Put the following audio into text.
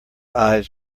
eyes